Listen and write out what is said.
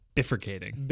Bifurcating